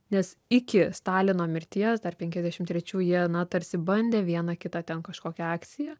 nes iki stalino mirties dar penkiasdešim trečių jie na tarsi bandė vieną kitą ten kažkokią akciją